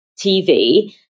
TV